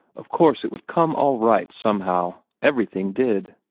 of course it would come all right somehow. everything did.